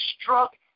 struck